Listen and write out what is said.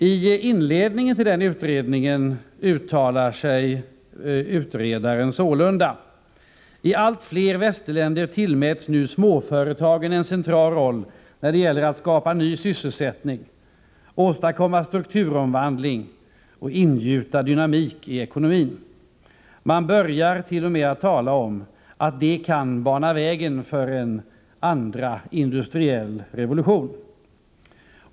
I inledningen till betänkandet uttalar sig utredaren sålunda: ”Tallt fler västländer tillmäts nu småföretagen en central roll när det gäller att skapa ny sysselsättning, åstadkomma strukturomvandling och ingjuta dynamik i ekonomin. Man börjar till och med tala om att de kan bana vägen för ”en andra industriell revolution”.